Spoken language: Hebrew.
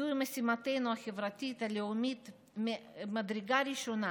זוהי משימתנו החברתית הלאומית ממדרגה ראשונה,